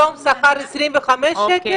היום השכר 25 שקל?